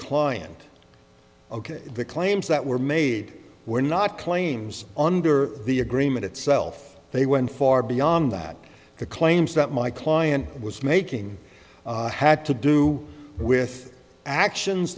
client ok the claims that were made were not claims under the agreement itself they went far beyond that the claims that my client was making had to do with actions